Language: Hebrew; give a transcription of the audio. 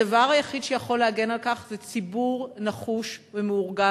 הדבר היחיד שיכול להגן על כך זה ציבור נחוש ומאורגן,